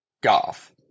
golf